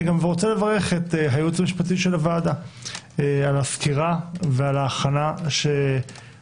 אני גם מברך את הייעוץ המשפטי של הוועדה על הסקירה ועל ההכנה שאתם